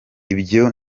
ibyo